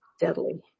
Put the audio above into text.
deadly